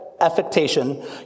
affectation